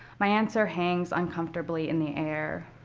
my answer hangs uncomfortably in the air.